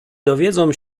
dowiedzą